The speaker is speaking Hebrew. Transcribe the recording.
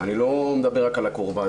אני לא מדבר רק על הקורבן.